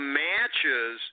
matches